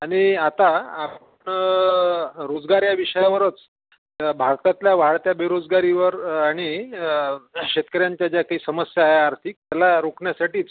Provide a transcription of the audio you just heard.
आणि आता आपण रोजगार या विषयावरच भारतातल्या वाढत्या बेरोजगारीवर आणि शेतकऱ्यांच्या ज्या काही समस्या आहे आर्थिक त्याला रोखण्यासाठीच